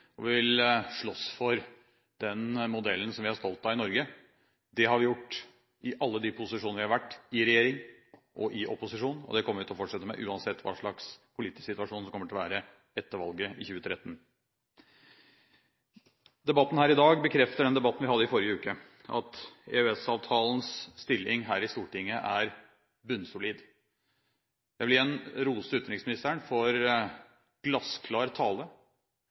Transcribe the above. Vi vil slåss for den modellen som vi er stolte av i Norge. Det har vi gjort i alle de posisjoner vi har vært i – i regjering og i opposisjon – og det kommer vi til å fortsette med uansett hvilken politisk situasjon vi kommer til å være i etter valget i 2013. Debatten her i dag bekrefter det som kom fram i den debatten vi hadde i forrige uke, at EØS-avtalens stilling her i Stortinget er bunnsolid. Jeg vil igjen rose utenriksministeren for glassklar tale.